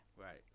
Right